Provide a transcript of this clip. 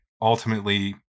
ultimately